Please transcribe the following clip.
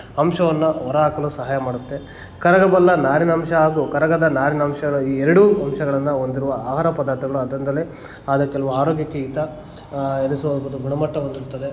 ಅಂಶವನ್ನು ಹೊರ ಹಾಕಲು ಸಹಾಯ ಮಾಡುತ್ತೆ ಕರಗಬಲ್ಲ ನಾರಿನಂಶ ಹಾಗೂ ಕರಗದ ನಾರಿನಂಶಗಳು ಈ ಎರಡು ಅಂಶಗಳನ್ನು ಹೊಂದಿರುವ ಆಹಾರ ಪದಾರ್ಥಗಳು ಆದರಿಂದಲೇ ಆದ ಕೆಲವು ಆರೋಗ್ಯಕ್ಕೆ ಹಿತ ಇರಿಸುವ ಗುಣ ಮಟ್ಟ ಹೊಂದಿರುತ್ತದೆ